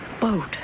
boat